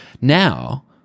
Now